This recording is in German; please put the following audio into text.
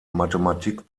mathematik